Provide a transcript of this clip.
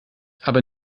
aber